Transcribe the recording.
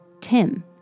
Tim